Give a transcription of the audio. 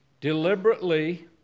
deliberately